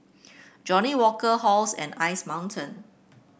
Johnnie Walker Halls and Ice Mountain